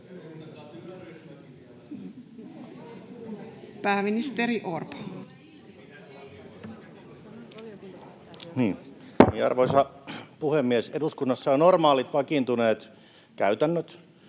Content: Arvoisa puhemies! Eduskunnassa on normaalit vakiintuneet käytännöt.